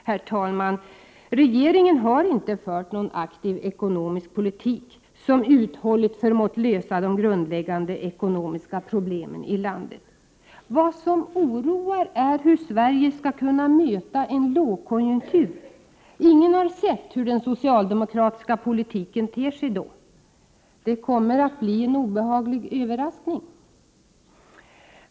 Herr talman! Regeringen har inte fört någon aktiv ekonomisk politik som uthålligt förmått lösa de grundläggande ekonomiska problemen i landet. Vad som oroar är hur Sverige skall kunna möta en lågkonjunktur. Ingen har sett hur den socialdemokratiska politiken ter sig då. Det kommer att bli en obehaglig överraskning!